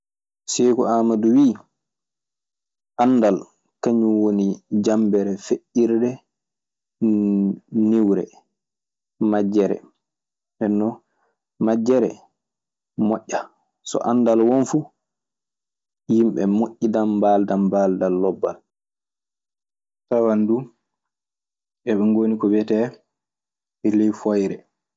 Seku amadu wi, andal kaŋum woni jambeere feƴirde niure majere. Ndenon majere moja so andal won fu himɓe mojiɗam ɓe baldam baldal lobbal. Tawan du aɓe ngoni ko wiyetee e ley foyre.